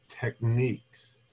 techniques